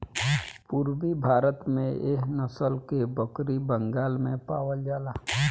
पूरबी भारत में एह नसल के बकरी बंगाल में पावल जाला